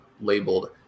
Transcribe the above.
labeled